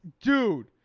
Dude